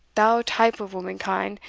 thou type of womankind!